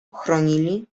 chronili